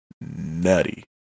nutty